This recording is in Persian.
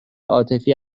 عاطفی